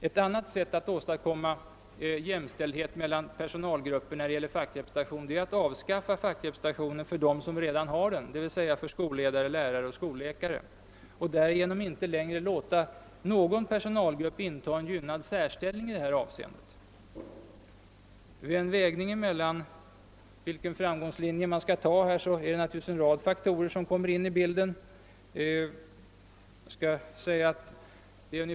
Ett annat sätt att åstadkomma jämställdhet mellan personalgrupperna, när det gäller fackrepresentation, är att avskaffa fackrepresentationen för dem som redan har den, d. v. s. för skolledare, lärare och skolläkare, och därigenom inte längre låta någon personalgrupp inta en gynnad särställning i detta avseende. Vid en vägning mellan olika framgångslinjer kommer en rad faktorer in i bilden.